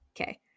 Okay